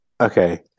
Okay